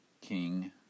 King